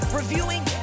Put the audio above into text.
reviewing